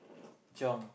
chiong